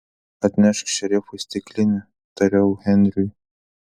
atnešk šerifui stiklinę tariau henriui